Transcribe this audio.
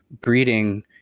breeding